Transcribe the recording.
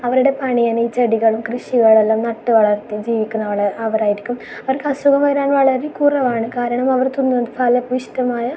അവരുടെ പണിയാണ് ഈ ചെടികളും കൃഷികളും എല്ലാം നട്ടു വളർത്തി ജീവിക്കുന്നവർ അവരായിരിക്കും അവർക്ക് അസുഖം വരാൻ വളരെ കുറവാണ് കാരണം അവർ തിന്നുന്നത് ഫലപൂഷ്ടമായ